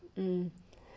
mm